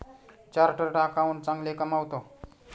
chartered accountant चांगले कमावतो